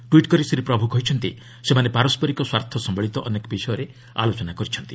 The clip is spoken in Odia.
ଟ୍ୱିଟ୍ କରି ଶ୍ରୀ ପ୍ରଭୁ କହିଛନ୍ତି ସେମାନେ ପାରସ୍କରିକ ସ୍ୱାର୍ଥ ସମ୍ଭଳିତ ଅନେକ ବିଷୟରେ ଆଲୋଚନା କରିଛନ୍ତି